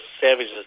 services